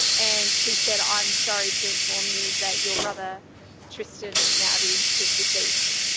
and she said, i'm sorry to inform you that your brother tristan naudi is deceased.